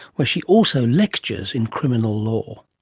where she also lectures in criminal law.